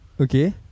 Okay